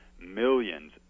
millions